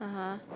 (uh huh)